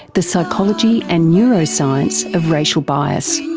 the psychology and neuroscience of racial bias.